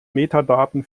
metadaten